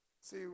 See